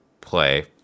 play